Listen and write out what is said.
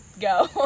go